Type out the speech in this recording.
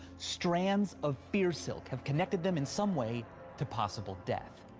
strands of fear-silk have connected them in some way to possible death.